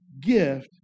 gift